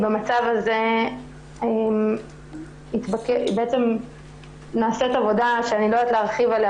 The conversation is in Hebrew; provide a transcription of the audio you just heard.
במצב הזה נעשית עבודה שאני לא יודעת להרחיב עליה,